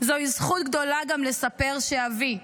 זוהי זכות גדולה גם לספר שאבי,